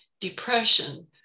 depression